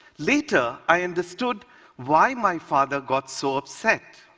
later, i understood why my father got so upset.